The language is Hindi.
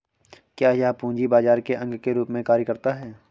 क्या यह पूंजी बाजार के अंग के रूप में कार्य करता है?